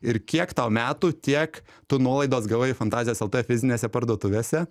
ir kiek tau metų tiek tu nuolaidos gavai fantazijos lt fizinėse parduotuvėse